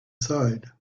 side